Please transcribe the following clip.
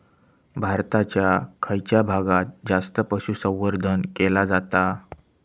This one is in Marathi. भारताच्या खयच्या भागात जास्त पशुसंवर्धन केला जाता?